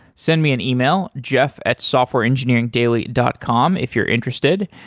send me an email, jeff at softwareengineeringdaily dot com if you're interested.